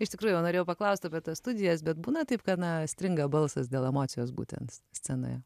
iš tikrųjų jau norėjau paklaust apie studijas bet būna taip kad na stringa balsas dėl emocijos būtent scenoje